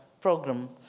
program